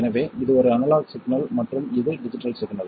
எனவே இது ஒரு அனலாக் சிக்னல் மற்றும் இது டிஜிட்டல் சிக்னல்